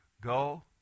Go